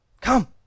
Come